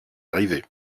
arriver